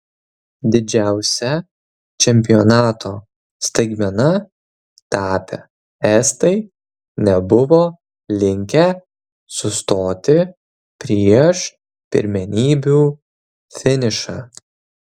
didžiausia čempionato staigmena tapę estai nebuvo linkę sustoti prieš pirmenybių finišą